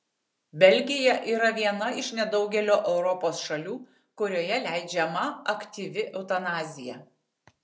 belgija yra viena iš nedaugelio europos šalių kurioje leidžiama aktyvi eutanazija